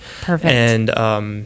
Perfect